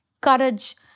courage